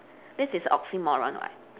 this is oxymoron [what]